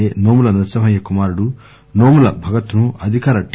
ఏ నోముల నరసింహయ్య కుమారుడు నోముల భగత్ ను అధికార టి